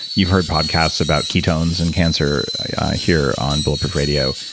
you've heard podcasts about ketones and cancer here on bulletproof radio.